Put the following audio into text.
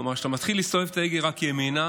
כלומר כשאתה מתחיל לסובב את ההגה רק ימינה,